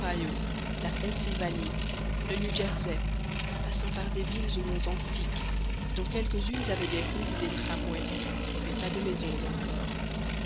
la pennsylvanie le new jersey passant par des villes aux noms antiques dont quelques-unes avaient des rues et des tramways mais pas de maisons encore